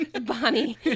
bonnie